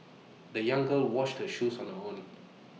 the young girl washed her shoes on her own